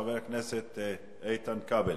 חבר הכנסת איתן כבל.